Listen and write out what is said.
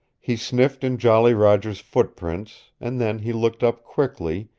he sniffed in jolly roger's footprints, and then he looked up quickly,